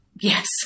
Yes